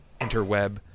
interweb